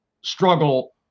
struggle